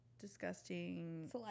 disgusting